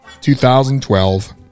2012